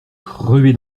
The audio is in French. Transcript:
crevé